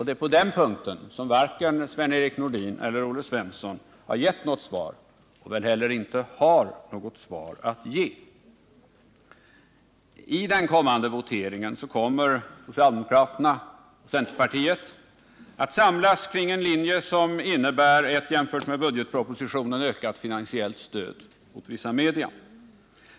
Det är på den punkten som varken Sven-Erik Nordin eller Olle Svensson har gett något svar, och som de väl inte heller har något svar att ge. I den kommande voteringen kommer socialdemokraterna och centerpartiet att samlas kring en linje som jämfört med budgetpropositionens förslag innebär ett finansiellt stöd åt vissa media.